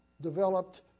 developed